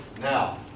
Now